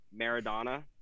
maradona